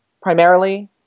primarily